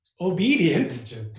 obedient